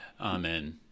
Amen